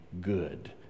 good